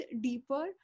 deeper